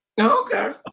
Okay